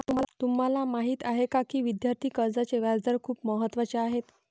तुम्हाला माहीत आहे का की विद्यार्थी कर्जाचे व्याजदर खूप महत्त्वाचे आहेत?